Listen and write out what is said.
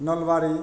Nalbari